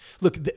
Look